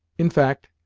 in fact,